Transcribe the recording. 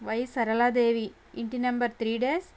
why Saraladevi ఇంటి number three డ్యాస్